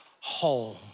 home